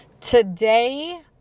Today